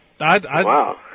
Wow